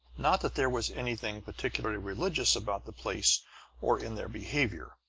not that there was anything particularly religious about the place or in their behavior.